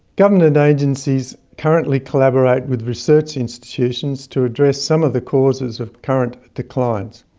government agencies currently collaborate with research institutions to address some of the causes of current declines.